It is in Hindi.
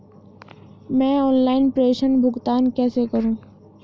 मैं ऑनलाइन प्रेषण भुगतान कैसे करूँ?